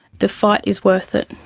the fight is worth it.